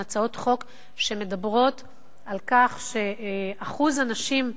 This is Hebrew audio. הצעות חוק שמדברות על כך שאחוז הנשים,